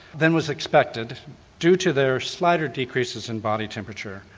than was expected due to their slighter decreases in body temperature,